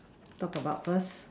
talk about first